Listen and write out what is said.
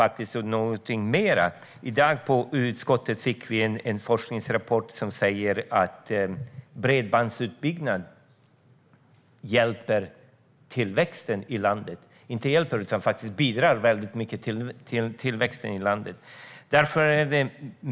I utskottet i dag fick vi en forskningsrapport som säger att bredbandsutbyggnaden bidrar till landets tillväxt.